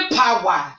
power